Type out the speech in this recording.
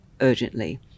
urgently